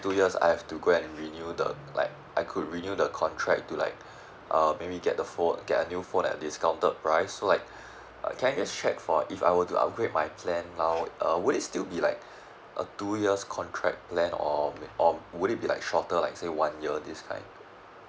two years I have to go and renew the like I could renew the contract to like uh maybe get a phone get a new phone at discounted price so like can I just check for if I were to upgrade my plan now uh would it still be like a two years contract plan or may~ or would it be like shorter like say like one year this kind